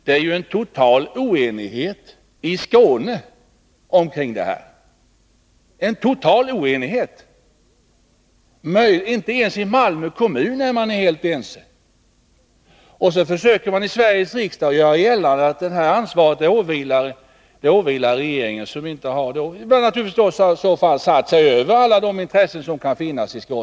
Det råder juen total oenighet omkring detta i Skåne. Inte ens i Malmö kommun är man helt ense. Och så försöker man i Sveriges riksdag göra gällande att ansvaret åvilar de tidigare regeringarna!